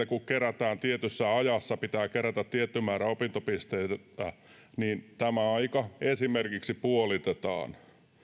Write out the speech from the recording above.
kun kerätään tietyssä ajassa pitää kerätä tietty määrä opintopisteitä niin tämä aika esimerkiksi puolitetaan